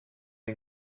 and